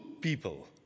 people